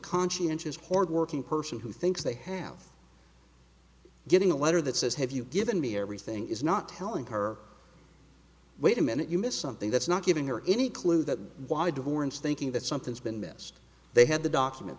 conscientious hard working person who thinks they have getting a letter that says have you given me everything is not telling her wait a minute you missed something that's not giving her any clue that why devor instinct that something's been missed they had the document